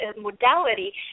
modality